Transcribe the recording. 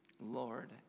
Lord